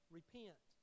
repent